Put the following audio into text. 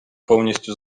повністю